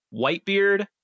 Whitebeard